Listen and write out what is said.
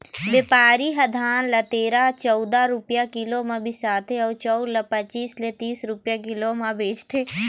बेपारी ह धान ल तेरा, चउदा रूपिया किलो म बिसाथे अउ चउर ल पचीस ले तीस रूपिया किलो म बेचथे